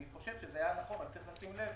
אני חושב שזה היה נכון, אבל צריך לשים לב